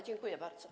Dziękuję bardzo.